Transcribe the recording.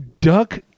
duck